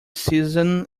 season